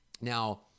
Now